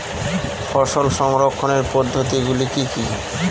ফসল সংরক্ষণের পদ্ধতিগুলি কি কি?